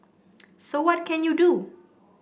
so what can you do